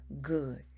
good